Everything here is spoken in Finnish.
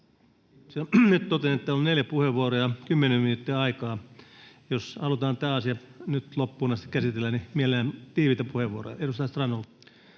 Nyt totean, että on neljä puheenvuoroa ja kymmenen minuuttia aikaa. Jos halutaan tämä asia nyt loppuun asti käsitellä, niin mielellään tiiviitä puheenvuoroja. — Edustaja Strand,